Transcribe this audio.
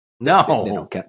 No